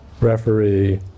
referee